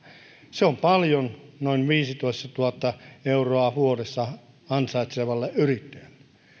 se on paljon noin viisitoistatuhatta euroa vuodessa ansaitsevalle yrittäjälle